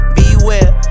beware